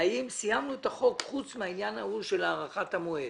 האם סיימנו את החוק חוץ מהעניין ההוא של הארכת המועד.